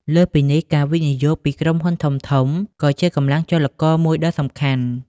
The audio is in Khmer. លើសពីនេះ ការវិនិយោគពីក្រុមហ៊ុនធំៗ ក៏ជាកម្លាំងចលករមួយដ៏សំខាន់។